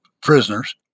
prisoners